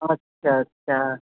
अच्छा अच्छा